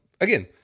again